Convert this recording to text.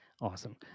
Awesome